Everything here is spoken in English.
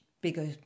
bigger